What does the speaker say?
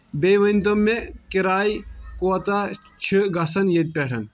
بیٚیہِ ؤنۍ تو مےٚ کِرایہِ کوتاہ چھِ گژھان ییٚتہِ پٮ۪ٹھن